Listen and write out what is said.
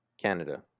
Canada